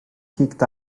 kicked